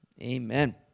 Amen